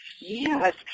Yes